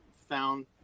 found